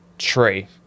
tree